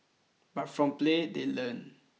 but from play they learn